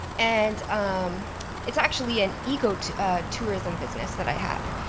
and um it's actually an ecotourism business that i have.